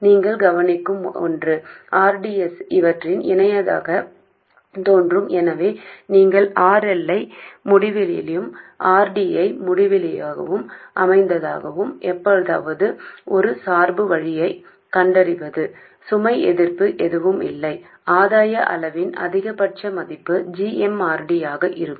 நீங்கள் கவனிக்கும் ஒன்று r d s இவற்றுடன் இணையாகத் தோன்றும் எனவே நீங்கள் RL ஐ முடிவிலியாகவும் R D ஐ முடிவிலியாகவும் அமைத்தாலும் எப்படியாவது ஒரு சார்பு வழியைக் கண்டறிந்து சுமை எதிர்ப்பு எதுவும் இல்லை ஆதாய அளவின் அதிகபட்ச மதிப்பு g m r d ஆக இருக்கும்